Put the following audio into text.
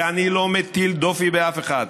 ואני לא מטיל דופי באף אחד,